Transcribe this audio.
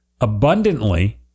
abundantly